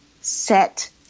set